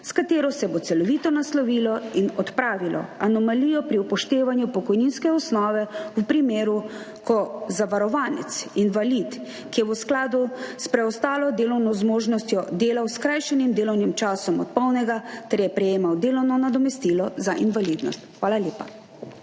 s katero se bo celovito naslovilo in odpravilo anomalijo pri upoštevanju pokojninske osnove v primeru, ko je zavarovanec invalid, ki je v skladu s preostalo delovno zmožnostjo delal s skrajšanim delovnim časom od polnega ter je prejemal delovno nadomestilo za invalidnost. Hvala lepa.